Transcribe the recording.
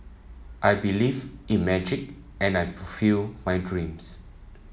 I believed in magic and I fulfilled my dreams